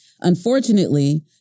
Unfortunately